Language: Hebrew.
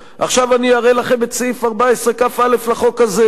עכשיו אני אראה לכם את סעיף 14כ(א) לחוק הזה: